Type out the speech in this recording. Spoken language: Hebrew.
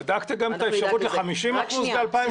בדקת גם את האפשרות ל-50 אחוזים ב-2030?